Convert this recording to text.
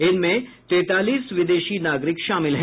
इनमें तैंतालीस विदेशी नागरिक शामिल हैं